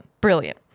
brilliant